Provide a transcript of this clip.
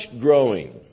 growing